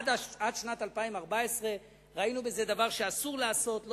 עד שנת 2014. ראינו בזה דבר שאסור לעשות,